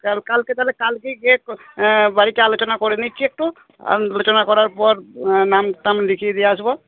কালকে তাহলে কালকেই গিয়ে বাড়িতে আলোচনা করে নিচ্ছি একটু আলোচনা করার পর নাম টাম লিখিয়ে দিয়ে আসবো